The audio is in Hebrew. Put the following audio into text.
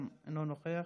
גם הוא אינו נוכח,